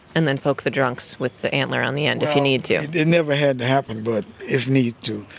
and then poke the drunks with the antler on the end if you need to well, it never had to happen, but if need to.